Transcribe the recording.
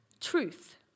Truth